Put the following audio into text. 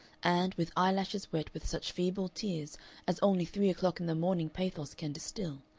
and, with eyelashes wet with such feeble tears as only three-o'clock-in-the-morning pathos can distil,